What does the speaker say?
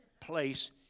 place